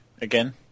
again